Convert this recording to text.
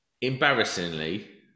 Embarrassingly